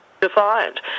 Defiant